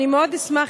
אני מאוד אשמח,